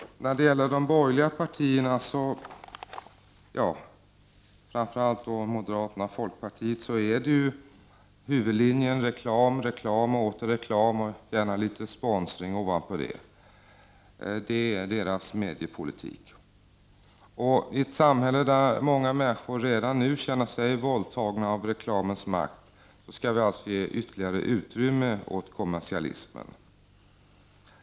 För de borgerliga partierna, framför allt moderaterna och folkpartiet, är huvudlinjen reklam, reklam och åter reklam samt gärna litet sponsring på det. Det är deras mediepolitik. I ett samhälle, där många människor redan nu känner sig våldtagna av reklamens makt, skall vi alltså ge ytterligare utrymme åt kommersialismen.